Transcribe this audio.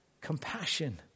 compassion